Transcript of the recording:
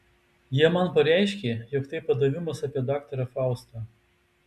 jie man pareiškė jog tai padavimas apie daktarą faustą